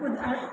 ॿुधाए